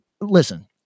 listen